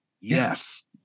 yes